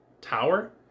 tower